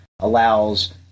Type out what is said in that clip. allows